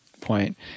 point